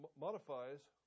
modifies